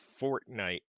Fortnite